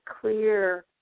clear